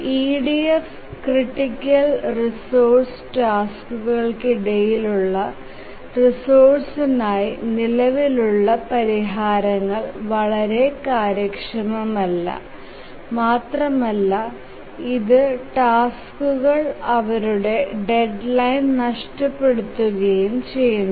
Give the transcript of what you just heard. EDF critical resources ടാസ്ക്കുകൾക്കിടയിലുള്ള റിസോഴ്സിനായി നിലവിലുള്ള പരിഹാരങ്ങൾ വളരെ കാര്യക്ഷമമല്ല മാത്രമല്ല ഇത് ടാസ്ക്കുകൾ അവരുടെ ഡെഡ്ലൈൻ നഷ്ടപ്പെടുത്തുകയും ചെയ്യുന്നു